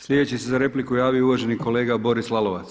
Slijedeći se za repliku javio uvaženi kolega Boris Lalovac.